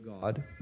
God